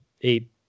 eight